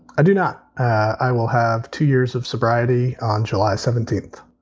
i do not. i will have two years of sobriety on july seventeenth.